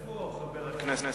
כבל?